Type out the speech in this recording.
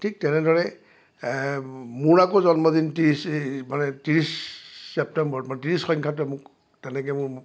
ঠিক তেনেদৰে মোৰ আকৌ জন্মদিন ত্ৰিছ মানে ত্ৰিছ ছেপ্তেম্বৰ মানে ত্ৰিছ সংখ্যাটোৱে মোক তেনেকৈ মোৰ